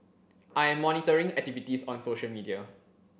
I am monitoring activities on social media